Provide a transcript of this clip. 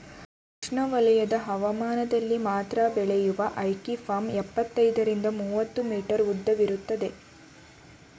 ಉಷ್ಣವಲಯದ ಹವಾಮಾನದಲ್ಲಿ ಮಾತ್ರ ಬೆಳೆಯುವ ಅಕೈ ಪಾಮ್ ಇಪ್ಪತ್ತೈದರಿಂದ ಮೂವತ್ತು ಮೀಟರ್ ಉದ್ದವಿರ್ತದೆ